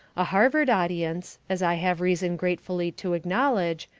a harvard audience, as i have reason gratefully to acknowledge,